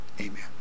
Amen